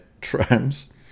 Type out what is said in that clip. trams